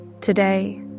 today